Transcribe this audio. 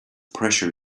pressure